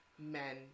Men